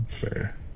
fair